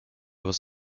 was